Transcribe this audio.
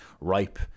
ripe